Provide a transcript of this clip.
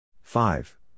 Five